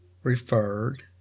Referred